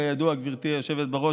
כידוע גברתי היושבת-ראש,